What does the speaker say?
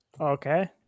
Okay